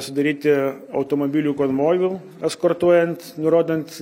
sudaryti automobilių konvojų eskortuojant nurodant